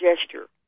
gesture